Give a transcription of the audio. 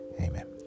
Amen